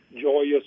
joyous